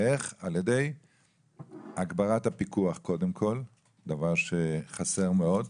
על ידי הגברת הפיקוח, קודם כל, דבר שחסר מאוד.